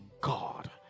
God